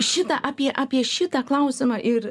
šitą apie apie šitą klausimą ir